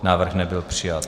Návrh nebyl přijat.